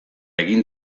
egin